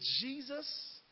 Jesus